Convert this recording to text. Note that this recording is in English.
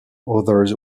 others